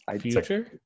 Future